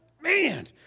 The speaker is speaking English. man